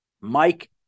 Mike